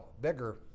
bigger